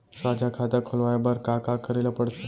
साझा खाता खोलवाये बर का का करे ल पढ़थे?